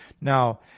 Now